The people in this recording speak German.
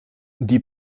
die